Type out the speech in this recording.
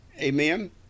Amen